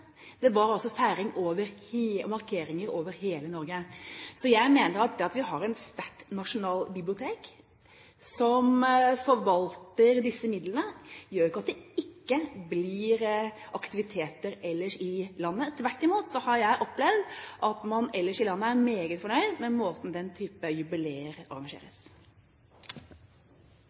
Det var feiring og markeringer over hele Norge. Så jeg mener at det at vi har et sterkt nasjonalbibliotek som forvalter disse midlene, gjør ikke at det ikke blir aktiviteter ellers i landet. Tvert imot har jeg opplevd at man ellers i landet er meget fornøyd med den måten slike jubileer arrangeres